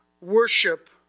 worship